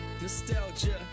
nostalgia